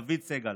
דוד סגל.